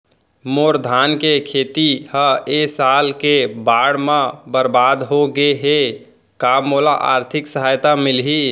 मोर धान के खेती ह ए साल के बाढ़ म बरबाद हो गे हे का मोला आर्थिक सहायता मिलही?